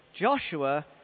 Joshua